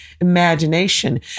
imagination